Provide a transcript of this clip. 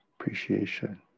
appreciation